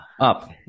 Up